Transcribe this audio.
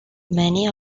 many